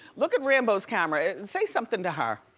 look at rambo's camera and say something to her.